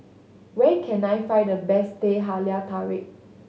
where can I find the best Teh Halia Tarik